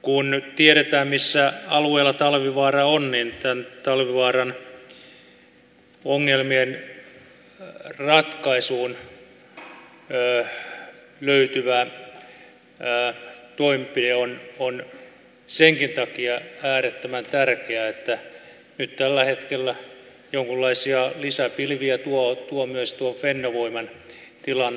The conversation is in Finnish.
kun tiedetään millä alueella talvivaara on niin talvivaaran ongelmien ratkaisuun löytyvä toimenpide on senkin takia äärettömän tärkeä että nyt tällä hetkellä jonkunlaisia lisäpilviä tuo myös fennovoiman tilanne